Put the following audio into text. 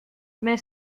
mais